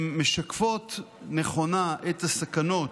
הם משקפים נכונה את הסכנות